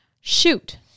Shoot